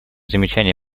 замечания